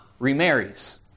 remarries